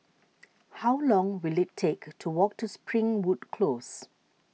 how long will it take to walk to Springwood Close